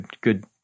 good